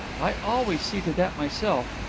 i always see to that myself.